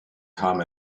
kam